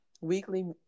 weekly